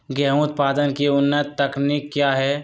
गेंहू उत्पादन की उन्नत तकनीक क्या है?